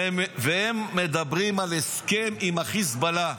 והם מדברים על הסכם עם החיזבאללה.